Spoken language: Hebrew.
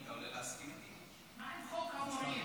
מה עם חוק חמורים?